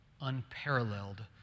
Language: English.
unparalleled